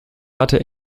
hatte